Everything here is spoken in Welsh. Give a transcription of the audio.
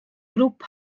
grŵp